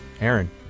Aaron